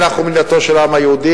אנחנו מדינתו של העם היהודי,